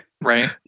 Right